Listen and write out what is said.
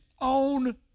own